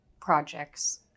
projects